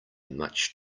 much